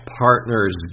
partner's